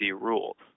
rules